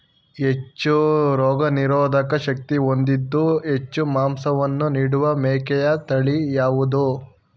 ಹೆಚ್ಚು ರೋಗನಿರೋಧಕ ಶಕ್ತಿ ಹೊಂದಿದ್ದು ಹೆಚ್ಚು ಮಾಂಸವನ್ನು ನೀಡುವ ಮೇಕೆಯ ತಳಿ ಯಾವುದು?